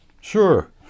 Sure